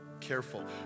careful